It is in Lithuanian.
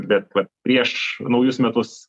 bet vat prieš naujus metus